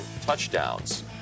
touchdowns